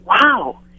Wow